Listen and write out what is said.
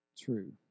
true